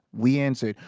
we answered.